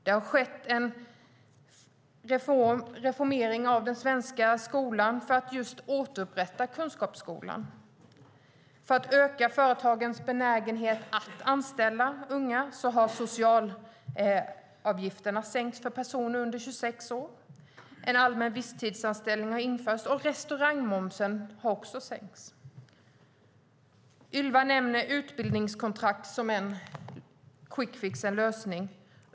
Det har skett en reformering av den svenska skolan för att återupprätta kunskapsskolan, och för att öka företagens benägenhet att anställa unga har socialavgifterna sänkts för personer under 26 år. En allmän visstidsanställning har införts, och restaurangmomsen har sänkts. Ylva nämner utbildningskontrakt som en quick fix, en lösning.